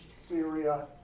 Syria